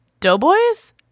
Doughboys